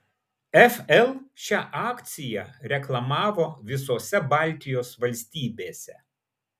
fl šią akciją reklamavo visose baltijos valstybėse